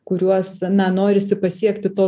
kuriuos na norisi pasiekti to